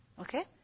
Okay